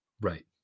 right